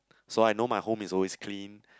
so I know my home is always clean